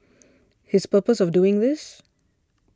his purpose of doing this